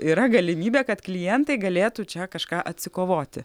yra galimybė kad klientai galėtų čia kažką atsikovoti